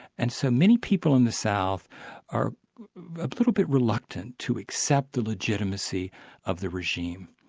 and so many people in the south are a little bit reluctant to accept the legitimacy of the regime.